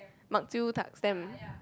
bak chew tak stamp